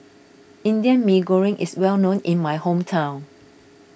Indian Mee Goreng is well known in my hometown